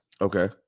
Okay